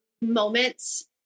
moments